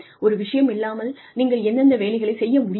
ஒரு விஷயம் இல்லாமல் நீங்கள் எந்தெந்த வேலைகளை செய்ய முடியாது